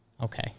Okay